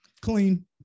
Clean